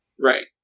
Right